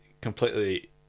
completely